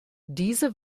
diese